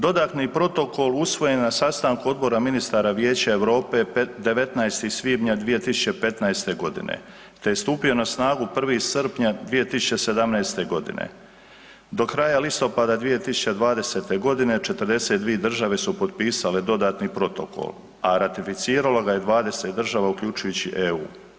Dodatni protokol usvojen je na sastanku Odbora ministara Vijeća Europe 19. svibnja 2015. g. te je stupio na snagu 1. srpnja 2017. g. Do kraja listopada 2020. g. 42 države su potpisale dodatni protokol a ratificiralo ga je 20 država uključujući EU.